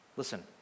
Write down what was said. Listen